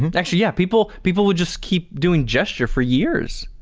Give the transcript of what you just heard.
and actually yeah, people people would just keep doing gesture for years.